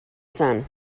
sun